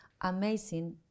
amazing